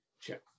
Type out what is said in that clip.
check